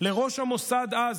לראש המוסד אז,